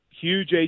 huge